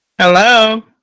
hello